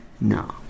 No